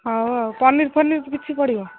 ହେଉ ଆଉ ପନିର ଫନିର କିଛି ପଡ଼ିବ